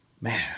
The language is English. man